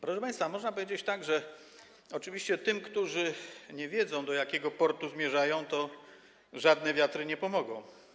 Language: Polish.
Proszę państwa, można powiedzieć też, że tym, którzy nie wiedzą, do jakiego portu zmierzają, żadne wiatry nie pomogą.